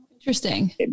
Interesting